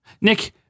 Nick